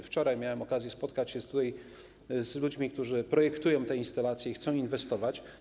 Wczoraj miałem okazję spotkać się tutaj z ludźmi, którzy projektują te instalacje i chcą inwestować.